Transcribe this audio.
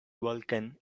vulkan